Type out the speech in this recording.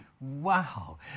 wow